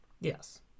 Yes